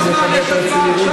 אני רוצה להגיד לך,